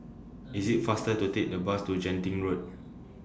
IS IT faster to Take The Bus to Genting Road